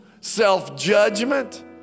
self-judgment